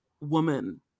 woman